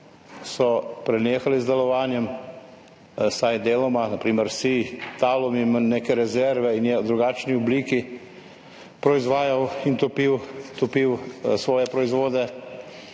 so prenehale z delovanjem, vsaj deloma, na primer Talum ima neke rezerve in je v drugačni obliki proizvajal in topil svoje proizvode.